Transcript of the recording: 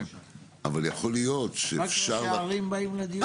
אבל יכול להיות שאפשר --- רק ראשי ערים באים לדיון?